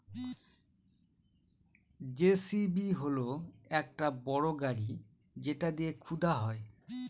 JCB হল একটা বড় গাড়ি যেটা দিয়ে খুদা হয়